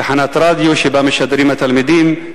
תחנת רדיו שבה משדרים התלמידים,